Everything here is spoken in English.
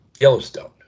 Yellowstone